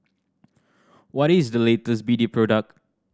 what is the latest B D product